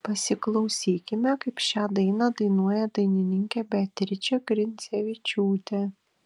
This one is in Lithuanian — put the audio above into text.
pasiklausykime kaip šią dainą dainuoja dainininkė beatričė grincevičiūtė